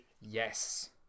Yes